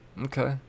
Okay